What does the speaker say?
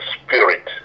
spirit